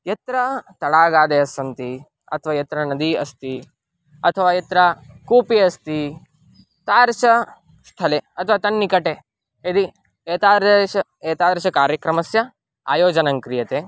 यत्र तडागादयस्सन्ति अथवा यत्र नदी अस्ति अथवा यत्र कूपी अस्ति तादृश स्थले अथवा तन्निकटे यदि एतादृशः एतादृशकार्यक्रमस्य आयोजनं क्रियते